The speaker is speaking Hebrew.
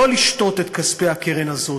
לא לשתות את כספי הקרן הזאת,